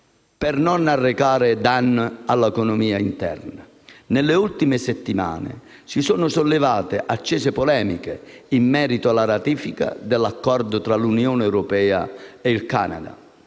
per non arrecare danno all'economia interna. Nelle ultime settimane si sono sollevate accese polemiche in merito alla ratifica dell'accordo tra l'Unione europea e il Canada,